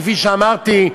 כפי שאמרתי,